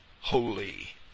holy